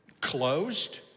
closed